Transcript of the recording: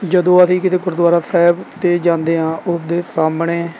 ਜਦੋਂ ਅਸੀਂ ਕਿਸੇ ਗੁਰਦੁਆਰਾ ਸਾਹਿਬ 'ਤੇ ਜਾਂਦੇ ਹਾਂ ਉਸ ਦੇ ਸਾਹਮਣੇ